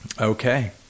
Okay